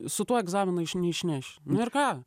su tuo egzaminu iš neišneš nu ir ką